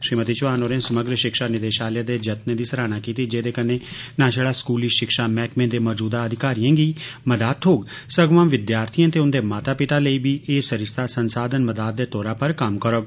श्रीमती चौहान होरें समग्र शिक्षा निदेशालय दे जत्नें दी सराहना कीती जेदे कन्नै न शड़ा स्कूली शिक्षा मैहकमें दे मौजूदा अधिकारियें गी मदाद थ्होग सगुआं विद्यार्थियें ते उन्दे माता पिता लेई भी एह् सरिस्ता संसाधन मदाद दे तौरा पर कम करोग